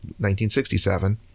1967